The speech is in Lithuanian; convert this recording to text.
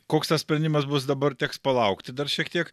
koks tas sprendimas bus dabar teks palaukti dar šiek tiek